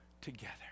together